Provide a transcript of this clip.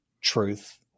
truth